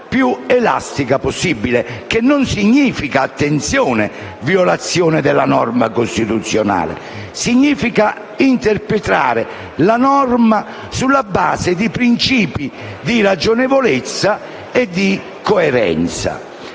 più elastica possibile. Ciò non significa - attenzione - violazione della norma costituzionale. Significa interpretare la norma sulla base di principi di ragionevolezza e di coerenza.